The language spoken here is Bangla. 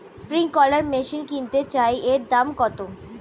স্প্রিংকলার মেশিন কিনতে চাই এর দাম কত?